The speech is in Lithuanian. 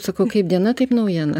sakau kaip diena taip naujiena